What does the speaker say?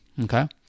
Okay